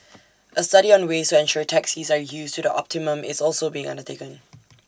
A study on ways to ensure taxis are used to the optimum is also being undertaken